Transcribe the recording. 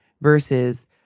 versus